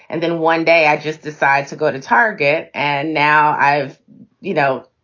and then one day i just decide to go to target. and now i've you know,